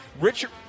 Richard